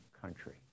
country